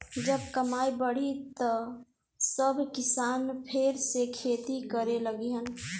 जब कमाई बढ़ी त सब किसान फेर से खेती करे लगिहन